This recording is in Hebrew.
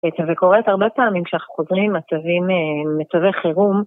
וקורית הרבה פעמים כשאנחנו חוזרים ממצבים, מצבי חירום.